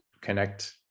connect